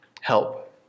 help